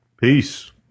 Peace